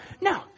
no